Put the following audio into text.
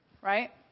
Right